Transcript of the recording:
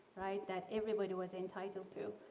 right, that everybody was entitled to.